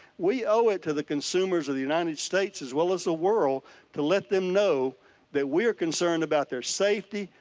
we owe it to the consumers of the united states as well as the ah world to let them know that we are concerned about their safety,